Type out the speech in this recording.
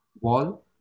Wall